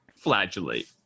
flagellate